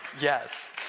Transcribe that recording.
Yes